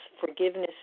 forgiveness